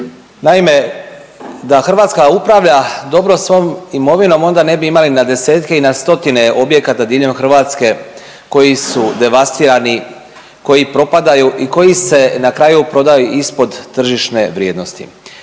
Naime da Hrvatska upravlja dobro svom imovinom onda ne bi imali na desetke i na stotine objekata diljem Hrvatske koji su devastirani, koji propadaju i koji se na kraju prodaju ispod tržišne vrijednosti.